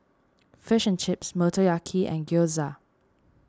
Fish and Chips Motoyaki and Gyoza